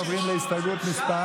אנחנו עוברים, 76. להסתייגות מס'